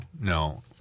no